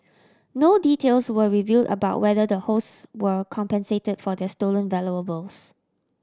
no details were revealed about whether the hosts were compensated for their stolen valuables